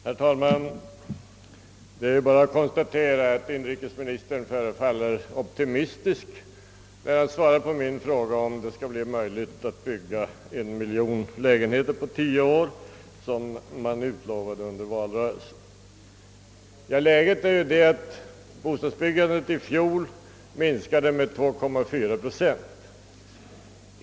Herr talman! Det är bara att konstatera att inrikesministern förefaller optimistisk när han svarar på min fråga, om det skall bli möjligt att bygga en miljon lägenheter på tio år såsom man utlovade under valrörelsen. Bostadsbyggandet minskade i fjol med 2,4 procent.